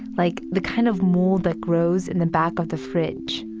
like the kind of mold that grows in the back of the fridge